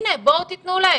הנה, בואו תנו להם,